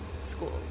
schools